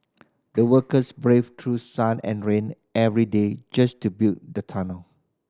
the workers braved through sun and rain every day just to build the tunnel